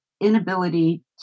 inability